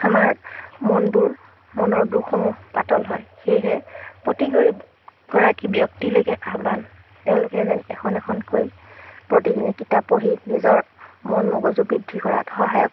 আমাৰ মনবোৰ মনৰ দুখসমূহ পাতল হয় সেয়েহে প্ৰতিগৰাকী ব্যক্তিলৈকে আহ্বান তেওঁলোকে যেন এখন এখনকৈ প্ৰতিদিনে কিতাপ পঢ়ি নিজৰ মন মগজু বৃদ্ধি কৰাত সহায়ক